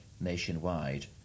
Nationwide